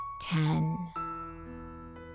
ten